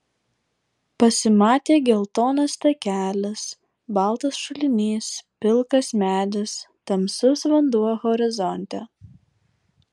pasimatė geltonas takelis baltas šulinys pilkas medis tamsus vanduo horizonte